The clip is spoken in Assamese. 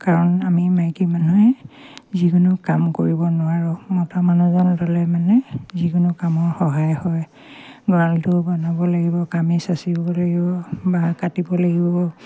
কাৰণ আমি মাইকী মানুহে যিকোনো কাম কৰিব নোৱাৰোঁ মতা মানুহজন হ'লে মানে যিকোনো কামৰ সহায় হয় গঁৰালটো বনাব লাগিব কামি চাচিব লাগিব বা কাটিব লাগিব